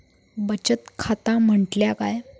बचत खाता म्हटल्या काय?